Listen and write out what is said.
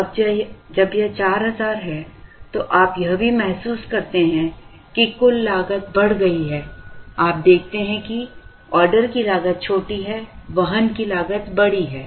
अब जब यह 4000 है तो आप यह भी महसूस करते हैं कि कुल लागत बढ़ गई है आप देखते हैं कि ऑर्डर की लागत छोटी है वहन की लागत बड़ी है